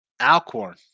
Alcorn